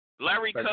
Larry